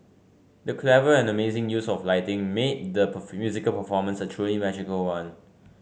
the clever and amazing use of lighting made the musical performance a truly magical one